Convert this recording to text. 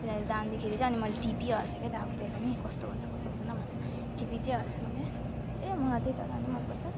तिनीहरू जाँदाखेरि चाहिँ अनि मैले टिपिहाल्छ के त अब त्यसलाई पनि कस्तो हुन्छ कस्तो हुँदैन भनेर टिपी चाहिँ हाल्छ मैले ए मलाई त्यही चरा नै मनपर्छ